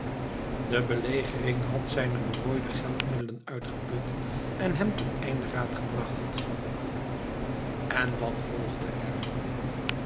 de belegering had zijne berooide geldmiddelen uitgeput en hem ten einde raad gebracht en wat volgde er